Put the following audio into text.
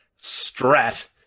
strat